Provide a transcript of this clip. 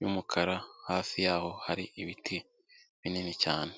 y'umukara, hafi yaho hari ibiti binini cyane.